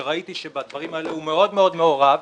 שראיתי שבדברים האלה הוא מאוד מאוד מעורב,